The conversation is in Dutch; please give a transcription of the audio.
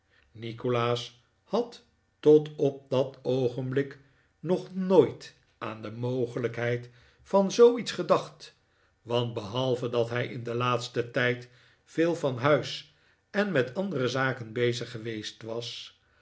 nikolaas had tot op dat oogenblik nog nooit aan de mogelijkheid van zooiets gedacht want behalve dat hij in deii laatsten tijd veel van huis en met andere zaken bezig geweest was